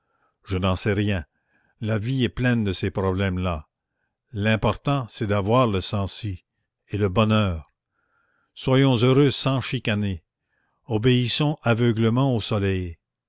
je n'en sais rien la vie est pleine de ces problèmes là l'important c'est d'avoir le sancy et le bonheur soyons heureux sans chicaner obéissons aveuglément au soleil